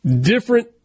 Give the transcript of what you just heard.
Different